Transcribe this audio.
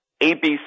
ABC